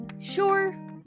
sure